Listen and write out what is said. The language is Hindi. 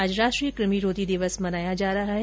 आज राष्ट्रीय कमिरोधी दिवस मनाया जा रहा है